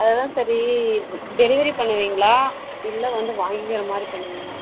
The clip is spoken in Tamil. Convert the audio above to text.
அது தான் சரி டெலிவரி பண்ணுவீங்களா இல்லை வந்து வாங்கிற மாதிரி பண்ணுவீங்களா